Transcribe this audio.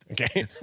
Okay